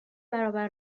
برابر